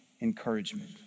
encouragement